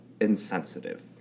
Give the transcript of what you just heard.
insensitive